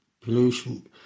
pollution